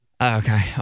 Okay